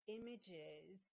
images